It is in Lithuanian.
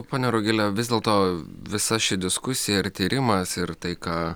pone rugile vis dėlto visa ši diskusija ir tyrimas ir tai ką